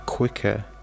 quicker